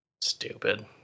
Stupid